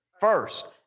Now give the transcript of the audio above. first